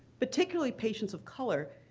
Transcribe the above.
particularly patients of color,